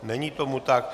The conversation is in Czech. Není tomu tak.